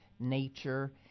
nature